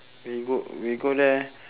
we go we go there